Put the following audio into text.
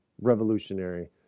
revolutionary